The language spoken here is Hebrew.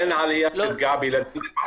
אין עלייה בפגיעה בילדים.